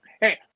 Hey